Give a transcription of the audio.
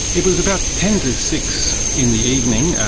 it was about ten to six in the evening,